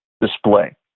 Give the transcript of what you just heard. display